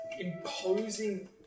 imposing